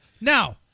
Now-